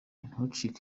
ntucike